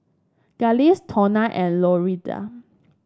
Glynis Tonia and Lorinda